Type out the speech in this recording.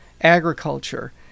agriculture